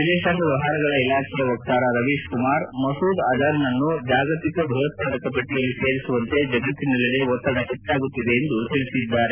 ವಿದೇಶಾಂಗ ವ್ನವಹಾರಗಳ ಇಲಾಖೆಯ ವಕ್ಷಾರ ರವೀಶ್ ಕುಮಾರ್ ಮಸೂದ್ ಅಜರ್ನನ್ನು ಜಾಗತಿಕ ಭಯೋತ್ವಾದಕ ಪಟ್ಲಯಲ್ಲಿ ಸೇರಿಸುವಂತೆ ಜಗತ್ತಿನೆಲ್ಲೆಡೆ ಒತ್ತಡ ಹೆಚ್ಚಾಗುತ್ತಿದೆ ಎಂದು ಹೇಳಿದ್ದಾರೆ